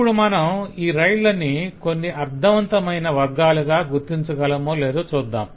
ఇప్పుడు మనం ఈ రైళ్ళని కొన్ని అర్థవంతమైన వర్గాలుగా గుర్తించగలమో లేదో చూద్దాం